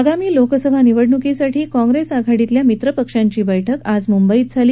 आगामी लोकसभा निवडणुकीसाठी काँग्रेस आघाडीतल्या मित्रपक्षांची बैठक आज मुंबईत झाली